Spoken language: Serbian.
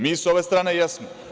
Mi sa ove strane jesmo.